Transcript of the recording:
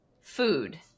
food